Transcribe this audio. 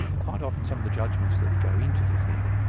quite often some of the judgments that go into the thing,